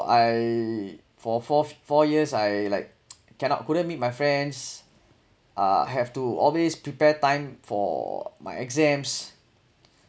I for four four years I like cannot couldn't meet my friends uh have to always prepare time for my exams